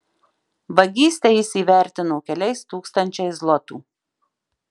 vagystę jis įvertino keliais tūkstančiais zlotų